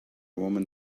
woman